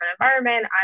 environment